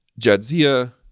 Jadzia